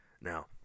Now